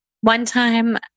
one-time